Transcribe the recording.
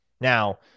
Now